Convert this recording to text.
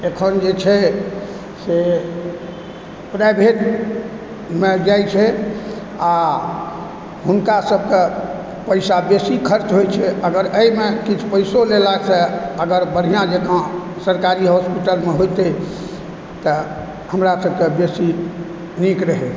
अखन जे छै से प्राइभेटमे जाइत छै आ हुनका सभक पैसा बेसी खर्च होइत छै अगर अहिमे किछु पैसो लेलासँ अगर बढ़िआँ जकाँ सरकारी हॉस्पिटलमे होइतै तऽ हमरा सभकें बेसी नीक रहय